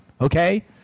okay